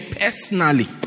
personally